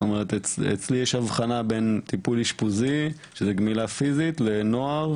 אצלי יש הבחנה בין טיפול אשפוזי שזה גמילה פיזית לנוער,